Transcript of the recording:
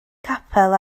capel